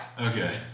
Okay